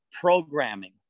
programming